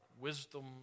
wisdom